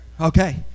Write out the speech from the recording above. okay